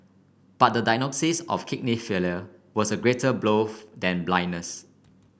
but the diagnosis of kidney failure was a greater blow than blindness